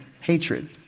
hatred